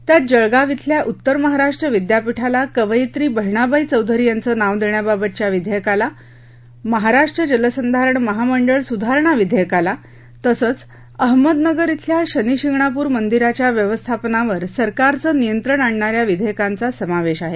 त्यात जळगाव इथल्या उत्तर महाराष्ट्र विद्यापीठाला कवयित्री बहिणाबाई चौधरी यांचं नाव देण्याबाबतच्या विधेयकाला महाराष्ट्र जलसंधारण महामंडळ सुधारणा विधेयकाला तसंच अहमदनगर मधल्या शनिशिंगणापूर मंदिराच्या व्यवस्थापनावर सरकारचं नियंत्रण आणणा या विधेयकांचा समावेश आहे